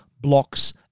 blocks